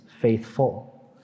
faithful